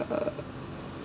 err